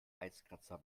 eiskratzer